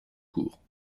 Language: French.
cours